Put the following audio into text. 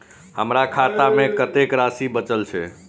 हमर खाता में कतेक राशि बचल छे?